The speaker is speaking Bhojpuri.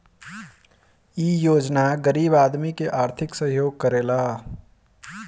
इ योजना गरीब आदमी के आर्थिक सहयोग करेला